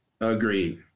Agreed